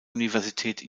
universität